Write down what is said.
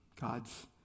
God's